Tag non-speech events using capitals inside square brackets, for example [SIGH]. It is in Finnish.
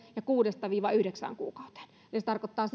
ja kuusi viiva yhdeksän kuukautta eli se tarkoittaa [UNINTELLIGIBLE]